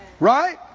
Right